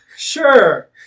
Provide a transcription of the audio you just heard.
Sure